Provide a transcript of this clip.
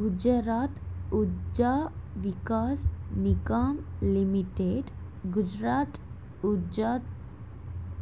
Gujarat Urja Vikas Nigam limited Gujarat உஜ்ஜாத்